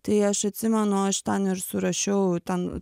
tai aš atsimenu aš ten ir surašiau ten